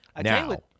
now